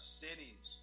cities